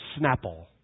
Snapple